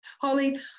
Holly